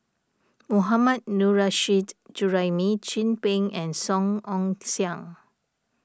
Mohammad Nurrasyid Juraimi Chin Peng and Song Ong Siang